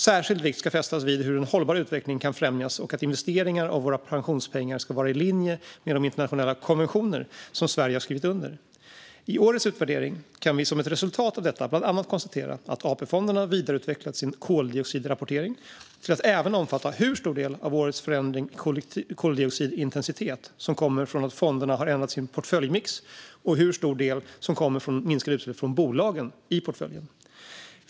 Särskild vikt ska fästas vid hur en hållbar utveckling kan främjas och att investeringar av våra pensionspengar ska vara i linje med de internationella konventioner som Sverige har skrivit under. I årets utvärdering kan vi som ett resultat av detta bland annat konstatera att AP-fonderna vidareutvecklat sin koldioxidrapportering till att även omfatta hur stor del av årets förändring i koldioxidintensitet som kommer från att fonderna har ändrat sin portföljmix och hur stor del som kommer från minskade utsläpp från bolagen i portföljen.